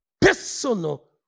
personal